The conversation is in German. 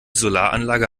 solaranlage